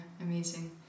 amazing